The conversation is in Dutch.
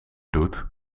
doet